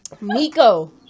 Miko